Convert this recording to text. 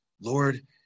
Lord